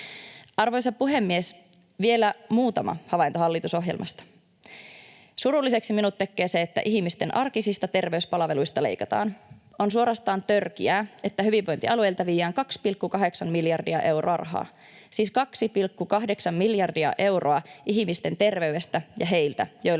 Arvoisa puhemies! Vielä muutama havainto hallitusohjelmasta: Surulliseksi minut tekee se, että ihmisten arkisista terveyspalveluista leikataan. On suorastaan törkeää, että hyvinvointialueilta viedään 2,8 miljardia euroa rahaa, siis 2,8 miljardia euroa ihmisten terveydestä ja heiltä, joilla